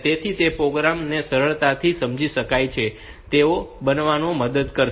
તેથી તે પ્રોગ્રામ ને સરળતાથી સમજી શકાય તેવો બનાવવામાં મદદ કરશે